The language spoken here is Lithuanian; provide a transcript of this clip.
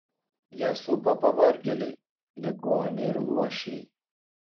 ją supa pavargėliai ligoniai ir luošiai